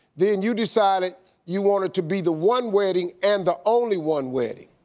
then you decided you want it to be the one wedding, and the only one wedding.